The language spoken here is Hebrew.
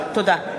תודה.